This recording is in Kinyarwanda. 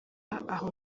aha